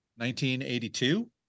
1982